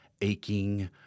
aching